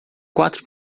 quatro